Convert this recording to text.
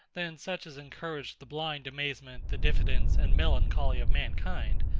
than such as encourage the blind amazement, the diffidence, and melancholy of mankind.